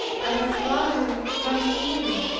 i had rather have you live,